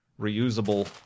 reusable